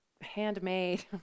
handmade